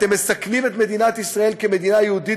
אתם מסכנים את מדינת ישראל כמדינה יהודית